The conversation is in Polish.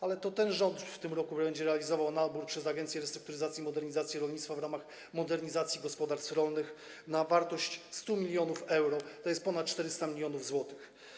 Ale to ten rząd w tym roku będzie prowadził nabór poprzez Agencję Restrukturyzacji i Modernizacji Rolnictwa w ramach „Modernizacji gospodarstw rolnych” o wartości 100 mln euro, to jest ponad 400 mln zł.